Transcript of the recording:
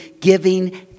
giving